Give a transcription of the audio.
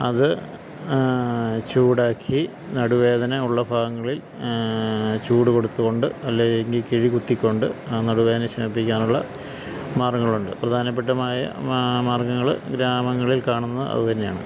അത് ചൂടാക്കി നടുവേദന ഉള്ള ഭാഗങ്ങളിൽ ചൂട് കൊടുത്തു കൊണ്ട് അല്ലേ എങ്കിൽ കിഴി കുത്തിക്കൊണ്ട് ആ നടുവേദന ക്ഷമിപ്പിക്കാനുള്ള മാർഗ്ഗങ്ങളുണ്ട് പ്രധാനപ്പെട്ടമായ മാർഗ്ഗങ്ങൾ ഗ്രാമങ്ങളിൽ കാണുന്ന അത് തന്നെയാണ്